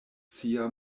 sia